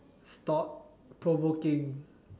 thought provoking